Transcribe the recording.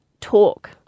talk